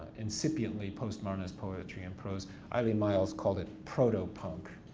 incipiently post-modernist poetry and prose. eileen myles called it proto-punk.